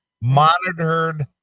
monitored